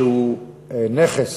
שהוא נכס